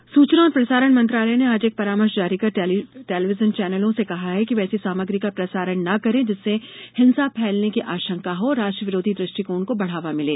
परामर्श सूचना और प्रसारण मंत्रालय ने आज एक परामर्श जारी कर टेलिविजन चैनलों से कहा है कि वे ऐसी सामग्री का प्रसारण न करें जिससे हिंसा फैलने की आशंका हो और राष्ट्र विरोधी दृष्टिकोण को बढ़ावा मिले